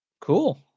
cool